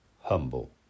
humble